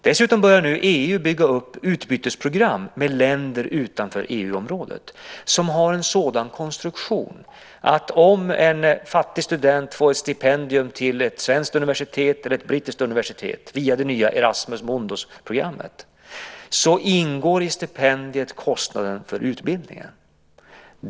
Dessutom börjar nu EU bygga upp utbytesprogram med länder utanför EU-området som har en sådan konstruktion att om en fattig student får ett stipendium till ett svenskt eller ett brittiskt universitet via det nya Erasmus Mundus-programmet ingår i stipendiet kostnaden för utbildningen.